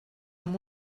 amb